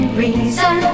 reason